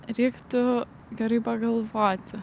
reiktų gerai pagalvoti